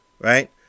Right